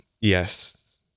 Yes